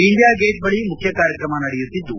India Gate ಬಳಿ ಮುಖ್ಯ ಕಾರ್ಯಕ್ತಮ ನಡೆಯುತ್ತಿದ್ದು